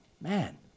Man